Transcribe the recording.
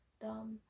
dumb